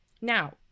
Now